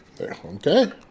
Okay